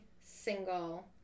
single